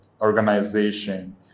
organization